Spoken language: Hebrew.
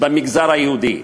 במגזר היהודי,